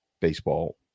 baseball